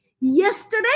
Yesterday